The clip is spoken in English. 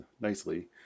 nicely